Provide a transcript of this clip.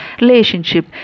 relationship